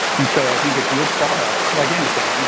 and so i think if your products, like anything,